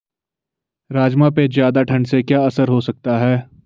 राजमा पे ज़्यादा ठण्ड से क्या असर हो सकता है?